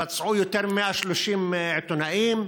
פצעו יותר מ-130 עיתונאים,